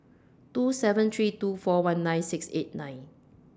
two seven three two four one nine six eight nine